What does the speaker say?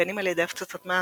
בין אם על ידי הפצצות מהאוויר,